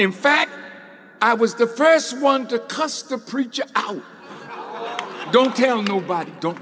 in fact i was the st one to custom preach don't tell nobody don't